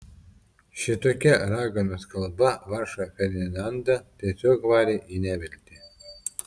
šitokia raganos kalba vargšą ferdinandą tiesiog varė į neviltį